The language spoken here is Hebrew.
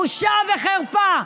בושה וחרפה.